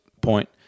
point